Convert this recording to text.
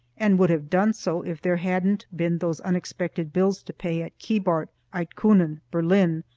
and would have done so if there hadn't been those unexpected bills to pay at keebart, eidtkunen berlin,